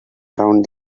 around